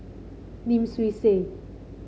Lim Swee Say